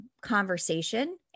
conversation